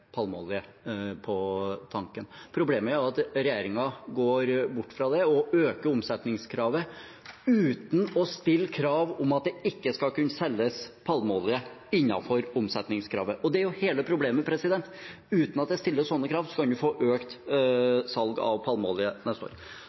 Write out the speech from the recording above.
palmeolje på tanken. Problemet er at regjeringen går bort fra det og øker omsetningskravet uten å stille krav om at det ikke skal kunne selges palmeolje innenfor omsetningskravet. Og det er jo hele problemet. Uten at vi stiller slike krav, kan vi få økt salg av palmeolje neste år.